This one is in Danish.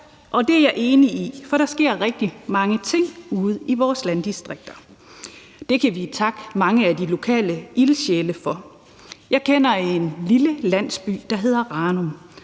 og det er jeg enig i. For der sker rigtig mange ting ude i vores landdistrikter, og det kan vi takke mange af de lokale ildsjæle for. Jeg kender til en lille landsby, der hedder Ranum,